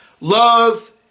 love